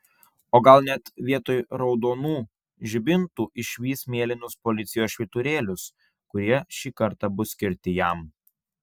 o gal net vietoj raudonų žibintų išvys mėlynus policijos švyturėlius kurie šį kartą bus skirti jam